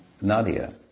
Nadia